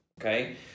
okay